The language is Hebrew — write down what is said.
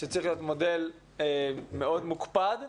שצריך להיות מודל מאוד מוקפד,